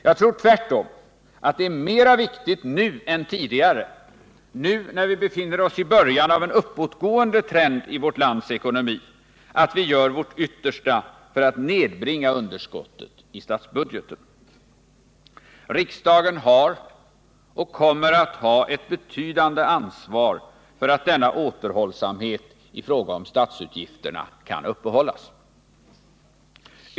Jag tror tvärtom att det är mera viktigt nu än tidigare — nu när vi befinner oss i början av en uppåtgående trend i vårt lands ekonomi — att vi gör vårt yttersta för att nedbringa underskottet i statsbudgeten. Riksdagen har och kommer att ha ett betydande ansvar för att denna återhållsamhet i fråga om statsutgifterna kan uppehållas.